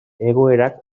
egoerak